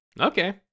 Okay